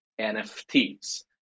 nfts